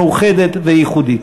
מאוחדת וייחודית,